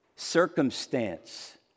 circumstance